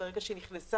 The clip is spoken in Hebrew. ברגע שהיא נכנסה,